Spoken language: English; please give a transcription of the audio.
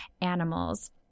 animals